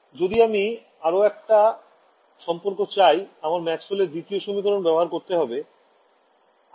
জদি আমি আরও একটা সম্পর্ক চাই আমায় ম্যাক্সওয়েলের দ্বিতীয় সমীকরণ ব্যবহার করতে হবে